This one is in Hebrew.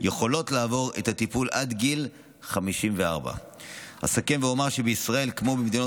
יכולות לעבור את הטיפול עד גיל 54. אסכם ואומר שבישראל כמו במדינות